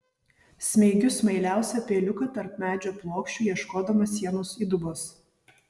smeigiu smailiausią peiliuką tarp medžio plokščių ieškodama sienos įdubos